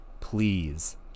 Please